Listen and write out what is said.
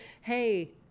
hey